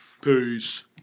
Peace